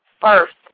first